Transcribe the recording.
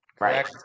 Right